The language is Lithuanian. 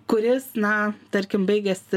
kuris na tarkim baigiasi